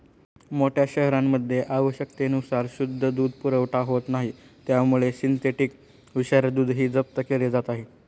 मोठ्या शहरांमध्ये आवश्यकतेनुसार शुद्ध दूध पुरवठा होत नाही त्यामुळे सिंथेटिक विषारी दूधही जप्त केले जात आहे